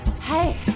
Hey